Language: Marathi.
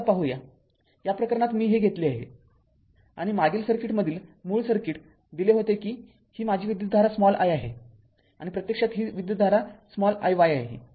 तर आता पाहूया या प्रकरणात मी हे घेतले आहे आणि मागील सर्किटमधील मूळ सर्किट दिले होते की ही माझी विद्युतधारा i आहे आणि प्रत्यक्षात ही विद्युतधारा iy आहे ही दिली आहे